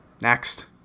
Next